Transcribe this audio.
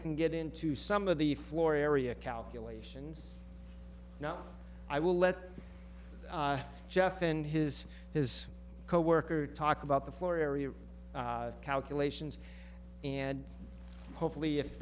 can get into some of the floor area calculations now i will let jeff and his his coworker talk about the floor area calculations and hopefully if